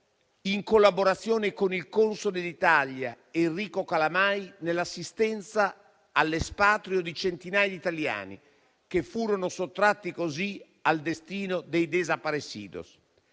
in collaborazione con il console dell'Italia Enrico Calamai, nell'assistenza all'espatrio di centinaia di italiani, che furono sottratti così al destino dei *desaparecidos*.